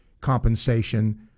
compensation